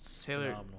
Taylor